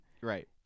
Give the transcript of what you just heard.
Right